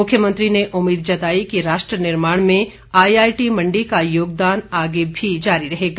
मुख्यमंत्री ने उम्मीद जताई की राष्ट्र निर्माण में आईआईटी मंडी का योगदान आगे भी जारी रहेगा